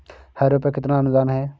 Harrow पर कितना अनुदान है?